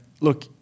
look